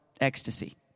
ecstasy